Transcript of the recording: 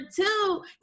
two